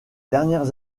dernières